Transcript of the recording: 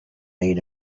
made